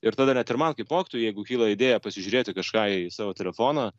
ir tada net ir man kaip mokytojui jeigu kyla idėja pasižiūrėti kažką į savo telefoną